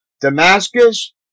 Damascus